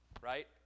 right